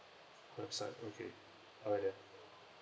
website okay alright then